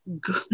good